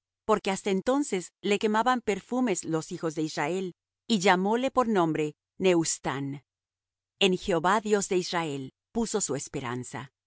porque hasta entonces le quemaban perfumes los hijos de israel y llamóle por nombre nehustán en jehová dios de israel puso su esperanza